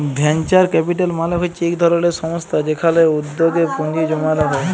venture capital মালে হচ্যে ইক ধরলের সংস্থা যেখালে উদ্যগে পুঁজি জমাল হ্যয়ে